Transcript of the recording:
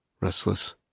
Restless